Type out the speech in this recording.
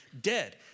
dead